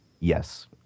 Yes